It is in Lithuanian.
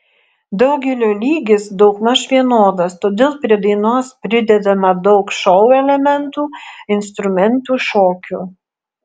daugelio lygis daugmaž vienodas todėl prie dainos pridedama daug šou elementų instrumentų šokių